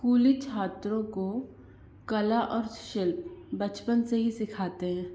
स्कूली छात्रों को कला और शिल्प बचपन से ही सीखाते हैं